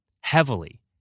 heavily